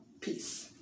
Peace